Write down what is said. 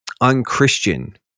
unchristian